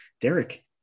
Derek